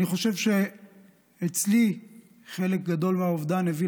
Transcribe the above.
אני חושב שאצלי חלק גדול מהאובדן הביא